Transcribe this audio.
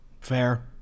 Fair